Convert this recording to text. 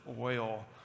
oil